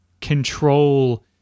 control